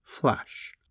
flash